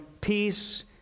peace